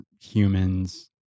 humans